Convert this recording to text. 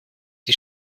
die